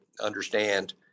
understand